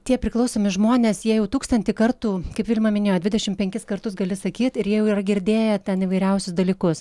tie priklausomi žmonės jie jau tūkstantį kartų kaip vilma minėjo dvidešimt penkis kartus gali sakyt ir jie jau yra girdėję ten įvairiausius dalykus